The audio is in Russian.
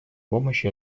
помощи